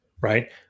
Right